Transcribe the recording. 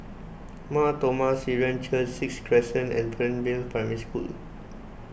Mar Thoma Syrian Church Sixth Crescent and Fernvale Primary School